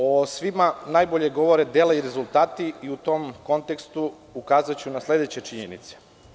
O svima najbolje govore dela i rezultati i u tom kontekstu ukazaću na sledeće činjenice.